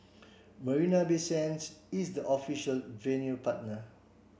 Marina Bay Sands is the official venue partner